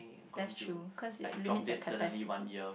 that's true cause it limits your capacity